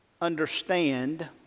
understand